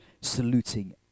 saluting